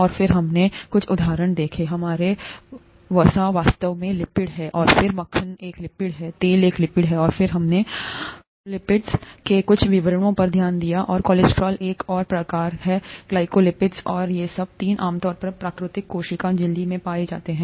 और फिर हमने कुछ उदाहरण देखे हमारे वसा वास्तव में लिपिड हैं और फिर मक्खन एक लिपिड है तेल एक लिपिड है और फिर हमने फॉस्फोलिपिड्स के कुछ विवरणों पर ध्यान दिया और कोलेस्ट्रॉल एक और प्रकार है ग्लाइकोलिपिड्स और ये सब तीन आमतौर पर प्राकृतिक कोशिका झिल्ली में पाए जाते हैं